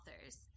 authors